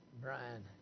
Brian